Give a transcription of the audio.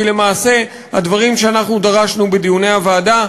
כי למעשה הדברים שאנחנו דרשנו בדיוני הוועדה,